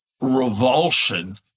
revulsion